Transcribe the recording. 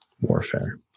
warfare